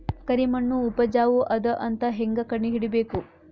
ಕರಿಮಣ್ಣು ಉಪಜಾವು ಅದ ಅಂತ ಹೇಂಗ ಕಂಡುಹಿಡಿಬೇಕು?